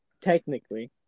technically